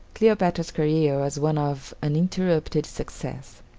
cleopatra's career was one of uninterrupted success.